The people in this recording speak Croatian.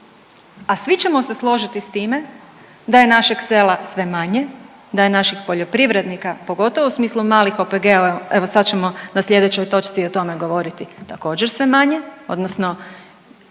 A svi ćemo se složiti sa time da je našeg sela sve manje, da je naših poljoprivrednika pogotovo u smislu malih OPG-ova, evo sad ćemo na sljedećoj točci o tome govoriti također sve manje, odnosno